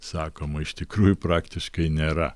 sakoma iš tikrųjų praktiškai nėra